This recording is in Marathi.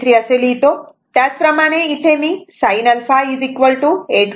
23 असे लिहितो त्याचप्रमाणे इथे मी sin α 8